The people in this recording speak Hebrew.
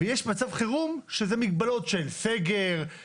ויש מצב חירום שאלה מגבלות של סגר,